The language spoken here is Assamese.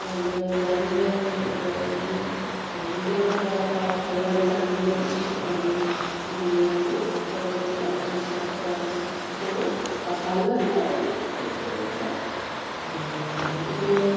মানে জানিলে আমি নিজৰ কিবা এটা ভাল লাগে জানিবলৈ ইচ্ছুক আমি বুলিয়ে আমি তেওঁলোকৰ লগত মিক্স আপ কৰোঁ বা ভাল লাগে আৰু ঠিক তেনেকুৱা গতিকে